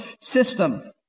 system